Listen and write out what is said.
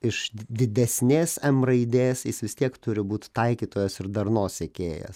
iš didesnės em raidės jis vis tiek turi būt taikytojas ir darnos tiekėjas